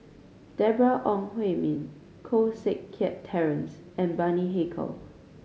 Deborah Ong Hui Min Koh Seng Kiat Terence and Bani Haykal